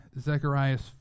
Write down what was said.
Zechariah's